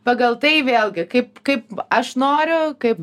pagal tai vėlgi kaip kaip aš noriu kaip